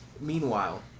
Meanwhile